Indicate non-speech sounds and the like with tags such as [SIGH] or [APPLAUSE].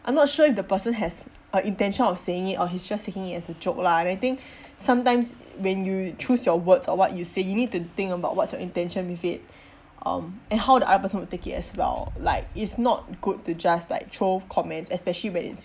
I'm not sure if the person has uh intention of saying it or he's just taking it as a joke lah and I think [BREATH] sometimes when we choose your words or what you see you need to think about what's your intention with it [BREATH] um and how the other will take it as well like it's not good to just like throw comments especially when it's